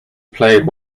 played